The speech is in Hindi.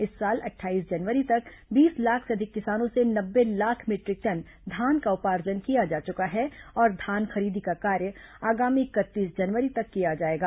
इस साल अट्ठाईस जनवरी तक बीस लाख से अधिक किसानों से नब्बे लाख मीटरिक टन धान का उपार्जन किया जा चुका है और धान खरीदी का कार्य आगामी इकतीस जनवरी तक किया जाएगा